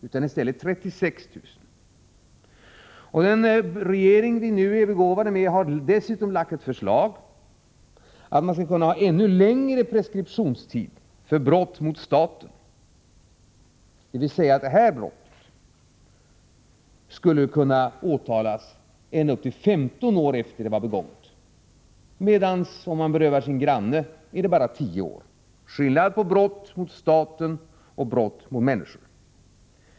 utan i stället 36 000 kr. Den regering vi nu är begåvade med har dessutom lagt fram ett förslag om att man skall kunna ha ännu längre preskriptionstid för brott mot staten, dvs. för det aktuella brottet skulle man kunna väcka åtal ända upp till 15 år efter det att det blivit begånget — medan, om det är grannen som blivit bestulen, det då bara är fråga om 10 år. Det är skillnad på brott mot staten och brott mot människor.